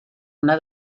una